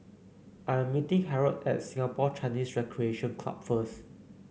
I am meeting Harrold at Singapore Chinese Recreation Club first